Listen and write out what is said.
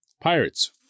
Pirates